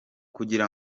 kugira